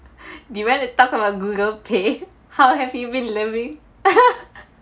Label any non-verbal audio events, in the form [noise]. you want to talk about Google Pay how have you been loving [laughs]